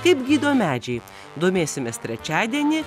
taip gydo medžiai domėsimės trečiadienį